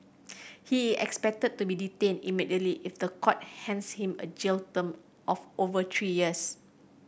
he expected to be detained immediately if the court hands him a jail term of over three years